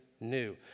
new